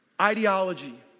ideology